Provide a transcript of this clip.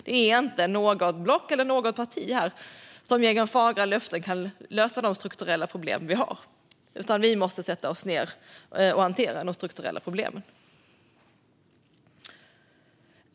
Det är inte något block eller något parti här som genom fagra löften kan lösa de strukturella problem som vi har, utan vi måste sätta oss ned och hantera de strukturella problemen.